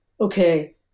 Okay